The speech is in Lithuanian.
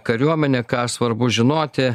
kariuomene ką svarbu žinoti